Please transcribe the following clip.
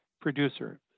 producer